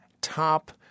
top